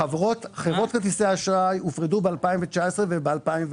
חברות כרטיסי האשראי הופרדו ב-2019 וב-2020.